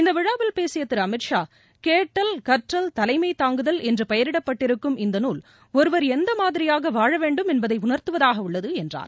இந்த விழாவில் பேசிய திரு அமித் ஷா அம்கேட்டல் கற்றல் தலைமைதாங்குதல் என்று பெயரிடப்பட்டிருக்கும் இந்த நூல் ஒருவர் எந்த மாதிரியாக வாழ வேண்டும் என்பதை உணர்த்துவதாக உள்ளது என்றார்